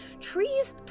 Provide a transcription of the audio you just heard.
Trees